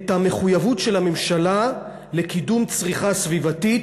את המחויבות של הממשלה לקידום צריכה סביבתית,